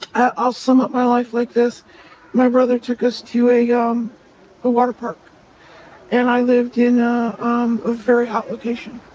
i'll sum up my life like this my brother took us to a um a water park. and i lived in ah um a very hot location.